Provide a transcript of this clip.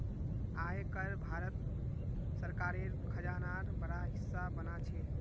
आय कर भारत सरकारेर खजानार बड़ा हिस्सा बना छे